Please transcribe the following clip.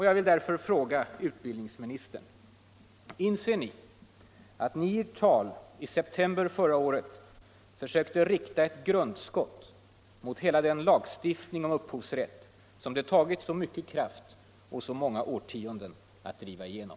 Jag vill därför fråga utbildningsministern: Inser ni att ert tal i september förra året försökte rikta ett grundskott mot hela den lagstiftning om upphovsrätt som det tagit så mycket kraft och så många årtionden att driva igenom?